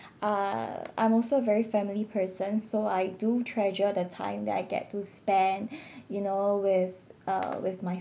are I'm also very family person so I do treasure the time that I get to spend you know with uh with my